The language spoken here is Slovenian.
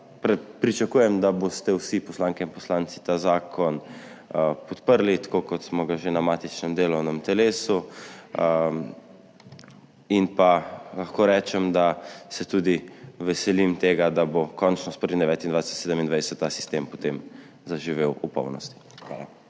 pričakujem, da boste vse poslanke in poslanci ta zakon podprli, tako kot smo ga že na matičnem delovnem telesu. Lahko rečem, da se tudi veselim tega, da bo končno s 1. 9. 2027 ta sistem potem zaživel v polnosti.